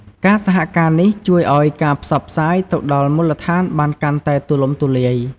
ការសហការនេះជួយឱ្យការផ្សព្វផ្សាយទៅដល់មូលដ្ឋានបានកាន់តែទូលំទូលាយ។